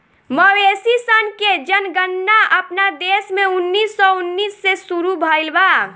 मवेशी सन के जनगणना अपना देश में उन्नीस सौ उन्नीस से शुरू भईल बा